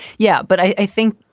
yeah. but i think.